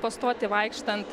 po stotį vaikštant